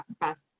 best